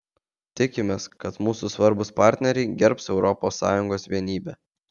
tikimės kad mūsų svarbūs partneriai gerbs europos sąjungos vienybę